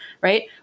right